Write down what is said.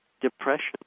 depression